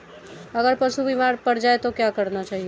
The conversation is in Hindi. अगर पशु बीमार पड़ जाय तो क्या करना चाहिए?